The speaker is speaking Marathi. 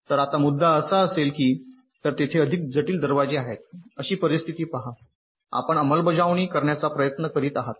तर आता जर मुद्दा असेल तर तेथे अधिक जटिल दरवाजे आहेत अशी परिस्थिती पहा आपण अंमलबजावणी करण्याचा प्रयत्न करीत आहात